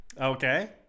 Okay